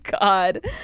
God